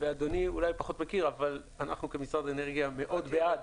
אדוני אולי פחות מכיר אבל במשרד האנרגיה אנחנו בעד